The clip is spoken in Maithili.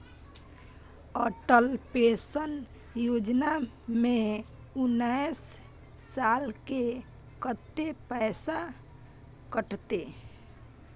अटल पेंशन योजना में उनैस साल के कत्ते पैसा कटते?